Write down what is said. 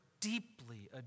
deeply